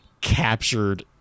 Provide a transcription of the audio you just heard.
captured